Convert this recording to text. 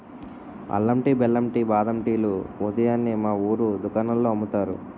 అల్లం టీ, బెల్లం టీ, బాదం టీ లు ఉదయాన్నే మా వూరు దుకాణాల్లో అమ్ముతారు